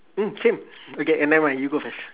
mm same okay never mind you go first